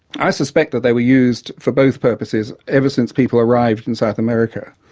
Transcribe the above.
i suspect that they were used for both purposes ever since people arrived in south america,